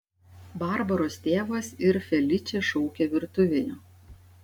barbaros tėvas ir feličė šaukė virtuvėje